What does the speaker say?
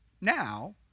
Now